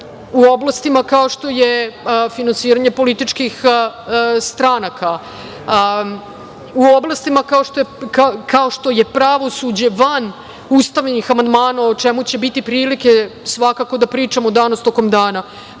u oblastima kao što je finansiranje političkih stranaka, u oblastima kao što je pravosuđe, van ustavnih amandmana, o čemu će biti prilike svakako, da pričamo danas tokom